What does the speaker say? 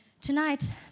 tonight